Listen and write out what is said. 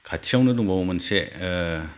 खाथियावनो दंबावो मोनसे